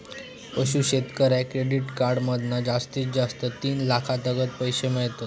पशू शेतकऱ्याक credit card मधना जास्तीत जास्त तीन लाखातागत पैशे मिळतत